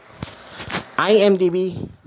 IMDB